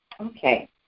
Okay